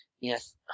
Yes